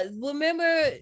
remember